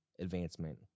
advancement